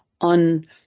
on